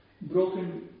Broken